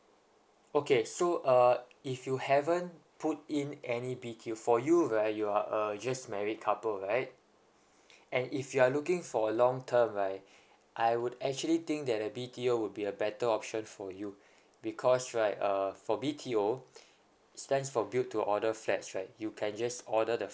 okay so uh if you haven't put in any B_T_O for you right you are uh just married couple right and if you are looking for a long term right I would actually think that a B_T_O would be a better option for you because right err for B_T_O stands for built to order flats right you can just order the